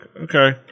okay